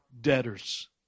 debtors